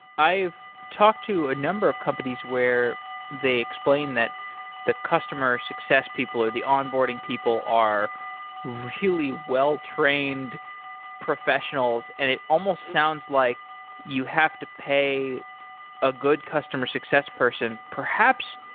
i've talked to a number of companies where they explain that the customer success people, or the onboarding people, are really well-trained professionals, and it almost sounds like you have to pay a good customer success person, perhaps,